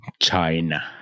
China